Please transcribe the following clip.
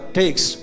takes